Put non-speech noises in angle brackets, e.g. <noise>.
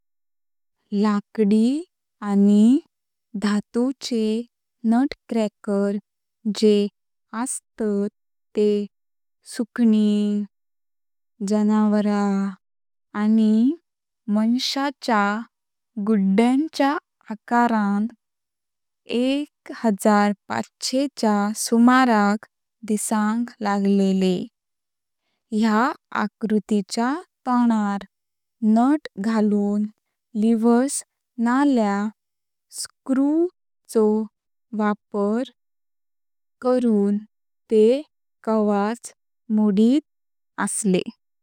लाकडी आनी धातूचे नटक्रॅकर जे अस्तात तेह सुकणी, जनावरां आनी माणसाच्या गड्ड्यांच्या आकारांत एक हजार पास्चे वर्सांच्या सुमारांक डिसांक लागलेले। ह्या आकृतिच्या तोंडार नट घालुन लिव्हर्स नल्या स्क्रूचो वापर <hesitation> करुन तेह कवच मोडीत आसले।